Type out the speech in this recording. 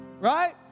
Right